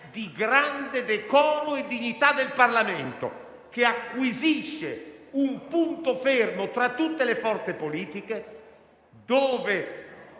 di grande decoro e dignità del Parlamento, che acquisisce un punto fermo tra tutte le forze politiche. Dove